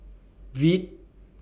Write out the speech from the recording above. Veet